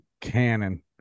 cannon